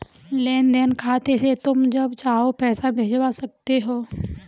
लेन देन खाते से तुम जब चाहो पैसा भिजवा सकते हो